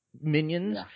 minions